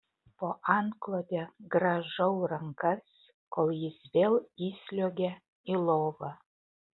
po antklode grąžau rankas kol jis vėl įsliuogia į lovą